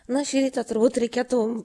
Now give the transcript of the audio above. na šį rytą turbūt reikėtų